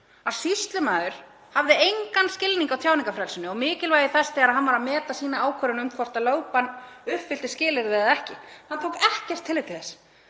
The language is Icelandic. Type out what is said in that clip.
að sýslumaður hafði engan skilning á tjáningarfrelsinu og mikilvægi þess þegar hann var að meta sína ákvörðun um hvort lögbann uppfyllti skilyrði eða ekki. Hann tók ekkert tillit þess.